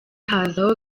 haza